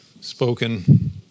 spoken